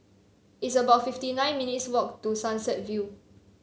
It's about fifty nine minutes' walk to Sunset View